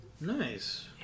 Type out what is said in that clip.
Nice